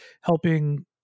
helping